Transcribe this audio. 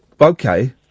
Okay